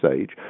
Age